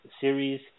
series